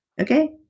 Okay